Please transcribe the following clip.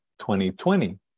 2020